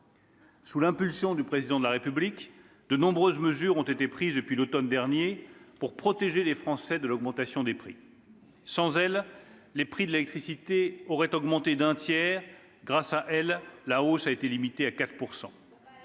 Sous l'impulsion du Président de la République, de nombreuses mesures ont été prises depuis l'automne dernier pour protéger les Français de l'augmentation des prix. Sans elles, les prix de l'électricité auraient augmenté d'un tiers ; grâce à elles, la hausse a été limitée à 4 %.